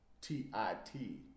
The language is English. T-I-T